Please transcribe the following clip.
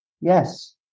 yes